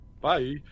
Bye